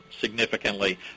significantly